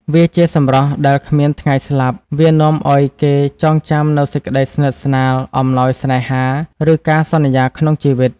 វាជាសម្រស់ដែល គ្មានថ្ងៃស្លាប់ វានាំឲ្យគេចងចាំនូវសេចក្ដីស្និទ្ធស្នាល អំណោយស្នេហា ឬការសន្យាក្នុងជីវិត។